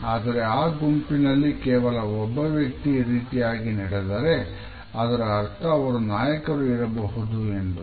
ಆದರೆ ಆ ಗುಂಪಿನಲ್ಲಿ ಕೇವಲ ಒಬ್ಬ ವ್ಯಕ್ತಿ ಈ ರೀತಿಯಾಗಿ ನಡೆದರೆ ಅದರ ಅರ್ಥ ಅವರು ನಾಯಕರು ಇರಬಹುದು ಎಂಬುದು